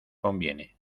conviene